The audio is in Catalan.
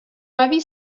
avi